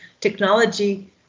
technology